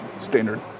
standard